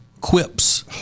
quips